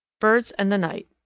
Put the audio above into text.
birds and the night.